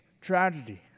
tragedy